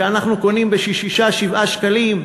שאנחנו קונים ב-7-6 שקלים,